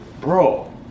bro